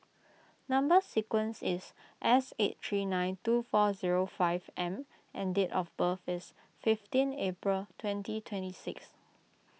Number Sequence is S eight three nine two four zero five M and date of birth is fifteen April twenty twenty six